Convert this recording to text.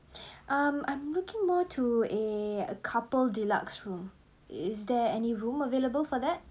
um I'm looking more to eh a couple deluxe room is there any room available for that